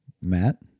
Matt